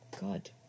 God